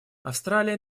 австралия